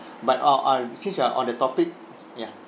but orh uh since we're on the topic ya